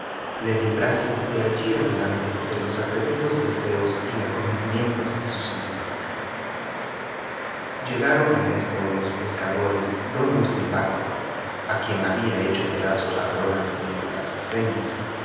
le librase de allí adelante de los atrevidos deseos y acometimientos de su señor llegaron en esto los pescadores dueños del barco a quien habían hecho pedazos las ruedas de las aceñas